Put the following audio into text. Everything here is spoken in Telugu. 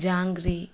జాంగ్రి